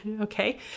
Okay